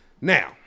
Now